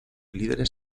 líderes